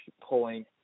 pulling